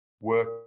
work